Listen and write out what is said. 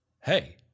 hey